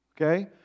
Okay